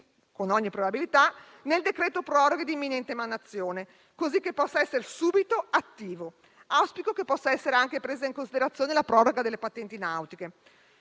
con ogni probabilità - nel decreto proroghe di imminente emanazione, cosicché potranno essere subito attive. Auspico che possa essere presa in considerazione anche la proroga delle patenti nautiche.